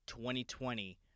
2020